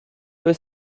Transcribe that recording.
peu